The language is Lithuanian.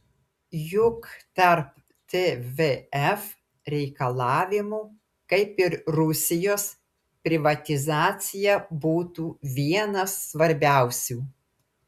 juk tarp tvf reikalavimų kaip ir rusijos privatizacija būtų vienas svarbiausių